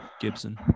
Gibson